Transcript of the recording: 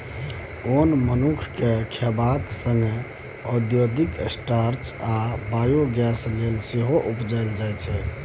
ओन मनुख केँ खेबाक संगे औद्योगिक स्टार्च आ बायोगैस लेल सेहो उपजाएल जाइ छै